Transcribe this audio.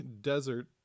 desert